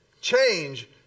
Change